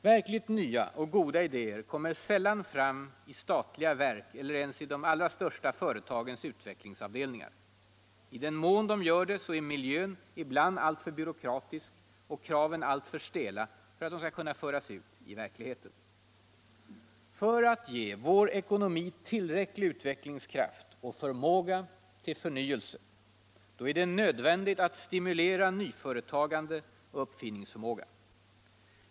Verkligt nya och goda idéer kommer sällan fram i statliga verk eller ens i de allra största företagens utvecklingsavdelningar. I den mån de gör det är miljön ibland alltför byråkratisk och kraven alltför stela för att de skall kunna föras ut i verkligheten. För att ge vår ekonomi tillräcklig utvecklingskraft och förmåga till förnyelse är det nödvändigt att stimulera nyföretagande och uppfinningsförmåga.